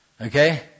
Okay